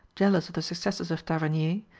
jealous of the successes of tavernier,